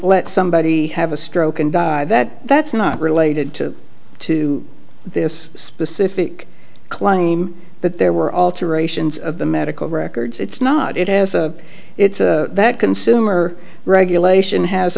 let somebody have a stroke and die that that's not related to to this specific claim that there were alterations of the medical records it's not it has a it's that consumer regulation has